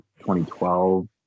2012